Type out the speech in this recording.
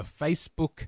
Facebook